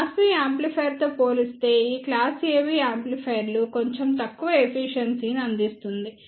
class B యాంప్లిఫైయర్తో పోలిస్తే ఈ క్లాస్ AB యాంప్లిఫైయర్లు కొంచెం తక్కువ ఎఫిషియెన్సీ ని అందిస్తుంది